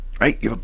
right